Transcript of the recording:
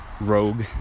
rogue